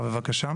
במצגת.